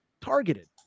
targeted